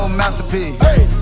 masterpiece